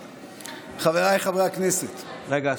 חבריי חברי הכנסת, רגע.